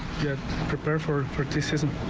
prepare for criticism.